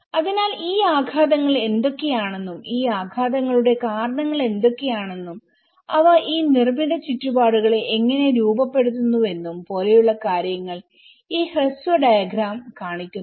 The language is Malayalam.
അതിനാൽ ഈ ആഘാതങ്ങൾ എന്തൊക്കെയാണെന്നും ഈ ആഘാതങ്ങളുടെ കാരണങ്ങൾ എന്തൊക്കെയാണെന്നും അവ ഈ നിർമ്മിത ചുറ്റുപാടുകളെ എങ്ങനെ രൂപപ്പെടുത്തുന്നുവെന്നും പോലെയുള്ള കാര്യങ്ങൾ ഈ ഹ്രസ്വ ഡയഗ്രം കാണിക്കുന്നു